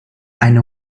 eine